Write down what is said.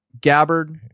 gabbard